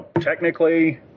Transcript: Technically